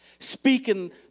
speaking